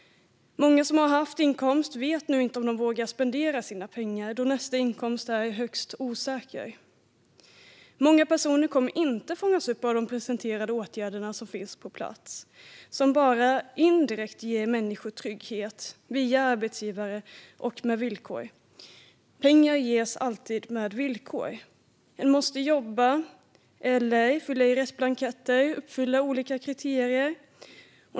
Många som har haft inkomst vet nu inte om de vågar spendera sina pengar, då nästa inkomst är högst osäker. Många personer kommer inte att fångas upp av de presenterade åtgärder som finns på plats, vilka bara indirekt ger människor trygghet via arbetsgivare och med villkor. Pengar ges alltid med villkor. En måste jobba eller fylla i rätt blanketter och uppfylla olika kriterier.